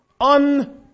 un-